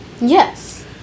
Yes